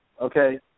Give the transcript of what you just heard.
Okay